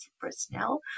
personnel